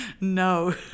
no